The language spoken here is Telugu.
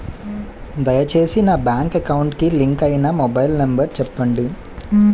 దయచేసి నా బ్యాంక్ అకౌంట్ కి లింక్ అయినా మొబైల్ నంబర్ చెప్పండి